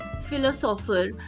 philosopher